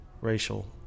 racial